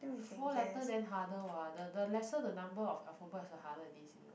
four letter than harder what the the lesser the number of alphabet is the harder in this you know